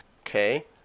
Okay